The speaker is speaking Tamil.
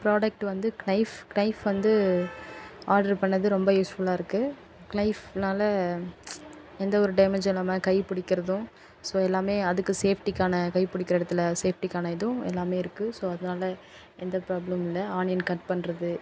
பிராடெக்ட் வந்து நைஃப் நைஃப் வந்து ஆர்டர் பண்ணிணது ரொம்ப யூஸ்ஃபுல்லாக இருக்குது நைஃப்பினால் எந்த ஒரு டேமேஜ்ஜூம் இல்லாமல் கைப்பிடிக்கிறதும் ஸோ எல்லாமே அதுக்கு சேஃப்டிக்கான கைப்பிடிக்கிற எடத்தில் சேஃப்ட்டிக்கான இதுவும் எல்லாமே இருக்குது ஸோ அதனால் எந்த பிராப்ளமும் இல்லை ஆனியன் கட் பண்ணுறது